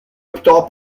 optò